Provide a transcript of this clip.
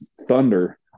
Thunder